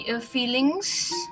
feelings